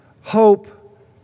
hope